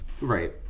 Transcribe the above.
Right